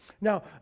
Now